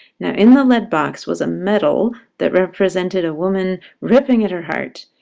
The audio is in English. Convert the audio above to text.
you know in the lead box was a medal that represented a woman ripping at her heart,